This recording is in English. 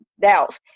doubts